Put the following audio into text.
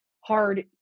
hard